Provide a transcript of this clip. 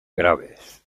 graves